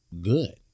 good